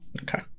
okay